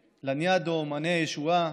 לניאדו, מעייני הישועה,